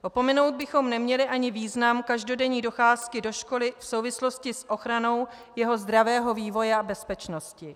Opomenout bychom neměli ani význam každodenní docházky do školy v souvislosti s ochranou jeho zdravého vývoje a bezpečnosti.